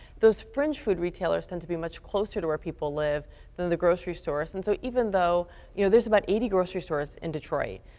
those fringe food retailers tend to be much closer to where people live than the grocery stores. and so even though you know there is about eighty grocery stores in detroit.